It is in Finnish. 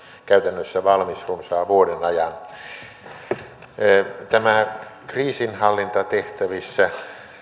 käytännössä valmis runsaan vuoden ajan tämä kriisinhallintatehtävissä